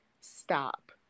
stop